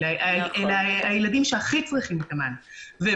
אלה הילדים שהכי צריכים את המענה.